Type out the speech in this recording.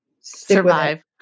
survive